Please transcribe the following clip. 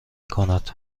کند